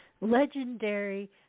legendary